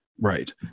Right